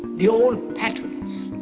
the old patterns,